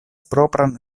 propran